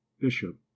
Bishop